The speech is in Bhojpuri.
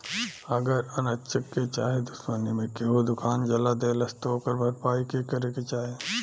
अगर अन्चक्के चाहे दुश्मनी मे केहू दुकान जला देलस त ओकर भरपाई के करे के चाही